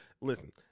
Listen